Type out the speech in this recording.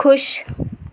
खुश